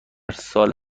سال